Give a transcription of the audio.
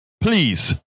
Please